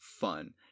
fun